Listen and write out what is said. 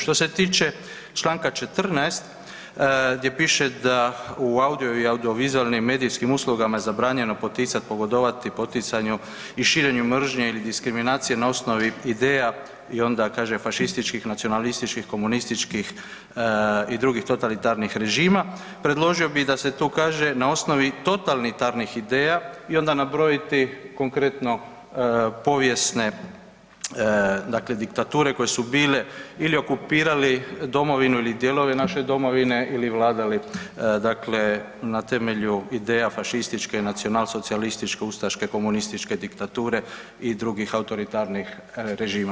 Što se tiče Članka 14. gdje piše da u audio i audiovizualnim medijskim uslugama je zabranjeno poticati, pogodovati poticanju i širenju mržnje ili diskriminacije na osnovi ideja i onda kaže fašističkih, nacionalističkih, komunističkih i drugih totalitarnih režima, predložio bih da se tu kaže na osnovi totalitarnih ideja i onda nabrojiti konkretno povijesne dakle diktature koje su bile ili okupirali domovinu ili dijelove naše domovine ili vladali dakle na temelju ideja fašističke i nacionalsocijalističke ustaške komunističke diktature i drugih autoritarnih režima.